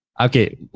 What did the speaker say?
Okay